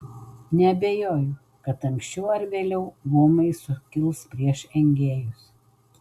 neabejoju kad anksčiau ar vėliau luomai sukils prieš engėjus